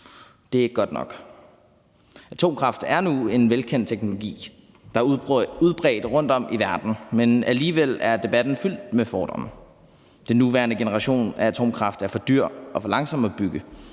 Det er ikke godt nok. Atomkraft er nu en velkendt teknologi, der er udbredt rundtom i verden, men alligevel er debatten fyldt med fordomme: Den nuværende generation af atomkraft er for dyr og for langsom at bygge;